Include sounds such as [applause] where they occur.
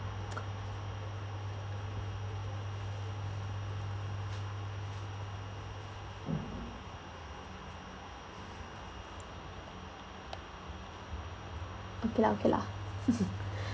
[noise] okay lah okay lah [laughs]